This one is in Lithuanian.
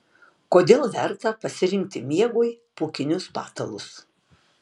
kodėl verta pasirinkti miegui pūkinius patalus